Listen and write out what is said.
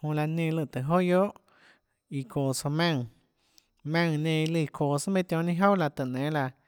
jonã laã nenã lù tùhå joà guiohà iã çoå tsouã maùnã maùnãnenã lùã çoå tsùà meinhâ tionhâ ninâ jouà laã tùhå nénâ laã